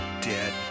Dead